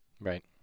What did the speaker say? right